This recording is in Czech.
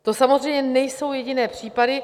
To samozřejmě nejsou jediné případy.